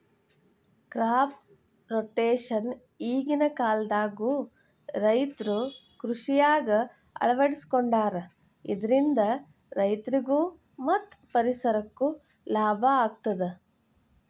crop rotation ಈಗಿನ ಕಾಲದಾಗು ರೈತರು ಕೃಷಿಯಾಗ ಅಳವಡಿಸಿಕೊಂಡಾರ ಇದರಿಂದ ರೈತರಿಗೂ ಮತ್ತ ಪರಿಸರಕ್ಕೂ ಲಾಭ ಆಗತದ